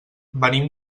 venim